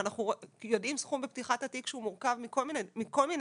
ואנחנו יודעים סכום בפתיחת התיק שהוא מורכב מכל מיני קרנות,